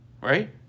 Right